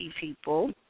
people